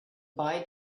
boy